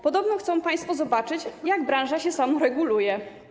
Podobno chcą państwo zobaczyć, jak branża się samoreguluje.